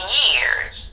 years